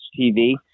TV